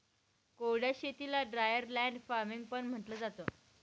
कोरड्या शेतीला dryer land farming पण म्हंटलं जातं